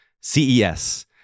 CES